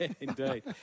Indeed